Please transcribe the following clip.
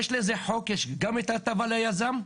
יש לזה חוק, גם את ההטבה ליזם.